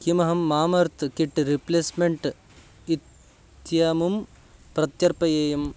किमहं Mamaearth kit replacement इत्यमुं प्रत्यर्पयेयम्